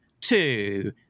two